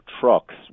trucks